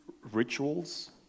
rituals